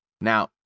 Now